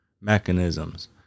mechanisms